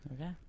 Okay